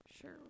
Sure